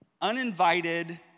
uninvited